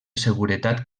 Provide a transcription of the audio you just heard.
seguretat